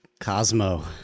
Cosmo